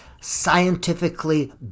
scientifically